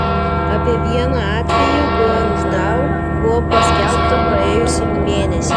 apie vieną atvejį guangdžou buvo paskelbta praėjusį mėnesį